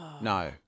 No